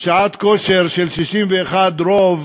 של רוב